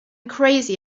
crazy